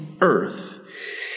earth